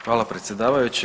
Hvala predsjedavajući.